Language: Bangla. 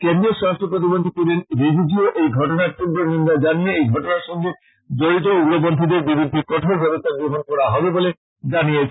কেন্দ্রীয় স্বরাষ্ট্র প্রতিমন্ত্রী কিরেন রিজিজুও এই ঘটনার তীব্র নিন্দা জানিয়ে এই ঘটনার সঙ্গে জড়িত উগ্রপন্থীদের বিরুদ্ধে কঠোর ব্যবস্থা গ্রহন করা হবে বলে জানিয়েছেন